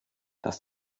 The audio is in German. dass